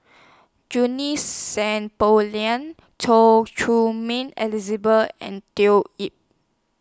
Junie Sng Poh Leng Choy Ming Elizabeth and Yip